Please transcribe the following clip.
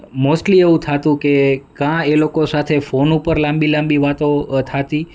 mostly એવું થતું કે કાં એ લોકો સાથે ફોન ઉપર લાંબી લાંબી વાતો થતી